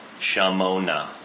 Shamona